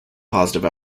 positive